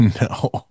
No